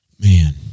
Man